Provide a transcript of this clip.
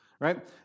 Right